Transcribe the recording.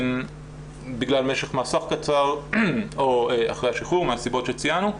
בגלל משך מאסר קצר או אחרי השחרור מהסיבות שציינו,